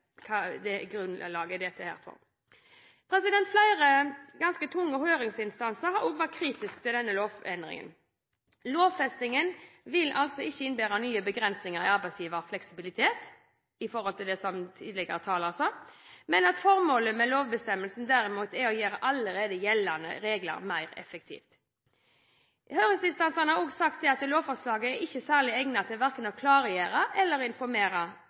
for. Flere tunge høringsinstanser har også vært kritiske til denne lovendringen. Regjeringen bemerker at lovfestingen altså ikke vil innebære nye begrensninger i arbeidsgivers fleksibilitet – i forhold til det tidligere taler sa – men formålet med lovbestemmelsen er derimot å gjøre allerede gjeldende regler mer effektive. Høringsinstansene har sagt at lovforslaget ikke er særlig egnet til verken å klargjøre eller informere,